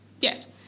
yes